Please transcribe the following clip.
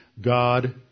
God